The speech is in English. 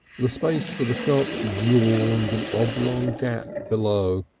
the space for the shop yawned an oblong gap below,